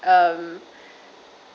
um